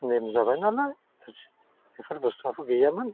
नेम जाबाय नालाय थोरसि बेफोर बुस्थुआथ' गैयामोन